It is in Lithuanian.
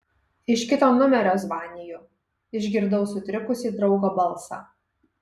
iš kito numerio zvaniju išgirdau sutrikusį draugo balsą